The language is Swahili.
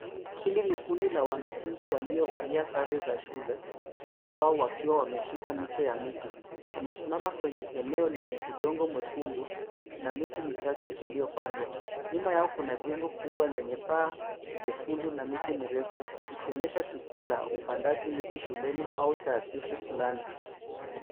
Hili ni kundi la wanafunzi waliovalia sare za shule, wengi wao wakiwa wameshika miche ya miti, wamesimama kwenye eneo lenye udongo mwekundu na miti michache iliyopandwa, nyuma yao kuna jengo kubwa lenye paa jekundu na miti mirefu ikionyesha tukio la upandaji miti shuleni au taasisi fulani.